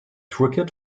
cricket